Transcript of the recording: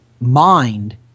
mind